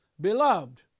Beloved